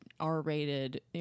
r-rated